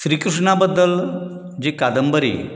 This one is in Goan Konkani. श्री कृष्णा बद्दल जी कादंबरी